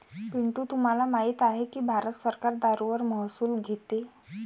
पिंटू तुम्हाला माहित आहे की भारत सरकार दारूवर महसूल घेते